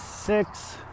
Six